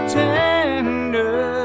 tender